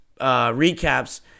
recaps